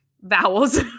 Vowels